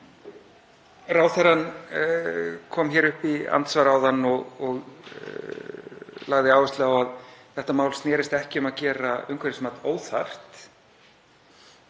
Ráðherrann kom upp í andsvar áðan og lagði áherslu á að þetta mál snerist ekki um að gera umhverfismat óþarft.